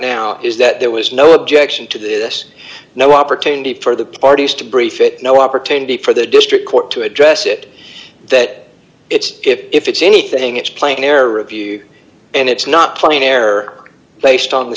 now is that there was no objection to this no opportunity for the parties to brief it no opportunity for the district court to address it that it's if it's anything it's playing in error review and it's not playing error based on the